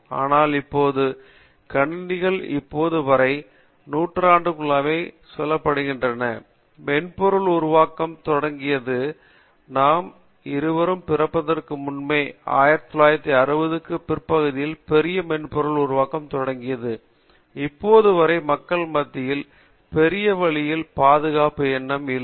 ஆனால் இப்போது கணினிகள் இப்போது அரை நூற்றாண்டுக்குள்ளாகவே சொல்லப்பட்டிருக்கின்றன மென்பொருள் உருவாக்கம் தொடங்கியது நான் இருவரும் பிறப்பதற்கு முன்பே 1960 களின் பிற்பகுதியில் பெரிய மென்பொருள் உருவாக்கம் தொடங்கியது இப்போது வரை மக்கள் மத்தியில் பெரிய வழியில் பாதுகாப்பு எண்ணம் இல்லை